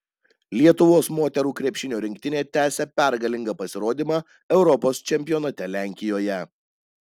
lietuvos moterų krepšinio rinktinė tęsia pergalingą pasirodymą europos čempionate lenkijoje